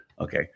Okay